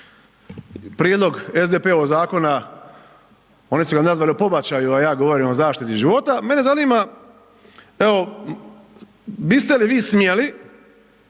prijedlog SDP-ovog zakona, oni su ga nazvali o pobačaju, a ja govorim o zaštiti života, mene zanima evo biste li vi smjeli